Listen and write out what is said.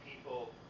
people